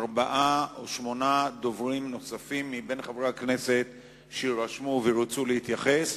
ארבעה או שמונה דוברים נוספים מבין חברי הכנסת שיירשמו וירצו להתייחס,